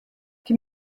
die